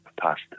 past